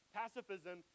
pacifism